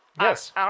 Yes